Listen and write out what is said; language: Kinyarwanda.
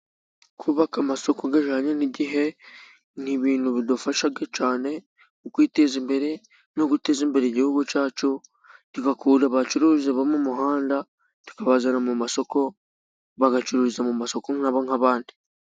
Kubaka amasoko ajyanye n'igihe ni ibintu bidufasha cyane mu kwiteza imbere no guteza imbere igihugu cyacu tugakura abacururiza mu muhanda tukabazana mu masoko bagacururiza mu masoko nabo nk'abandi.